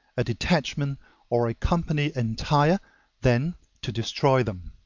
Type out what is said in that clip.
a detachment or a company entire than to destroy them.